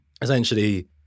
Essentially